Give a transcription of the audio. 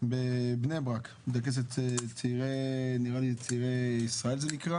בבני ברק, בית כנסת ישראל צעירים זה נקרא